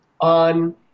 on